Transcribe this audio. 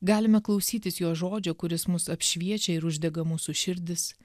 galime klausytis jo žodžio kuris mus apšviečia ir uždega mūsų širdis